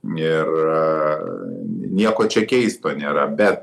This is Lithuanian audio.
ir nieko čia keisto nėra bet